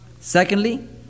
Secondly